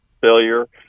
failure